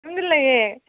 ꯌꯨꯝꯗ ꯂꯩꯌꯦ